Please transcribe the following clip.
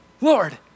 Lord